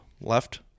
left